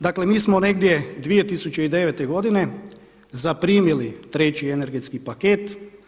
Dakle, mi smo negdje 2009. godine zaprimili treći energetski paket.